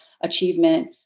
achievement